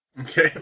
Okay